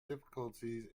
difficulties